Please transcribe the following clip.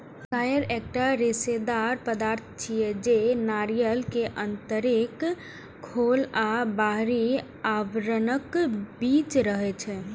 coir एकटा रेशेदार पदार्थ छियै, जे नारियल के आंतरिक खोल आ बाहरी आवरणक बीच रहै छै